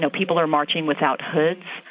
so people are marching without hoods,